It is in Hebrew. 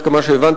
עד כמה שהבנתי,